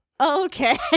Okay